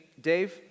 Dave